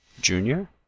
Junior